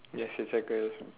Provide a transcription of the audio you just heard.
yes just circle